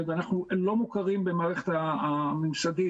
הם לא מוכרים במערכת הממסדית,